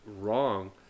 wrong